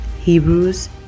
Hebrews